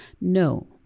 No